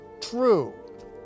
true